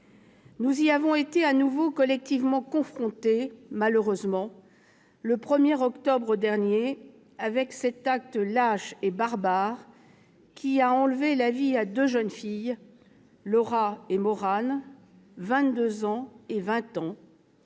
Nous y avons été à nouveau collectivement confrontés, malheureusement, le 1 octobre dernier, avec cet acte lâche et barbare qui a enlevé la vie à deux jeunes filles, Laura et Maurane, âgées